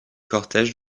cortège